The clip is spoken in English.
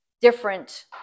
different